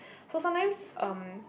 so sometimes um